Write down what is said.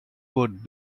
would